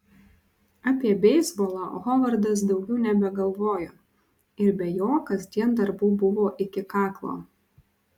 apie beisbolą hovardas daugiau nebegalvojo ir be jo kasdien darbų buvo iki kaklo